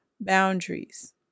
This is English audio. boundaries